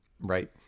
Right